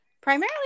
primarily